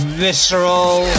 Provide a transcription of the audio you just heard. visceral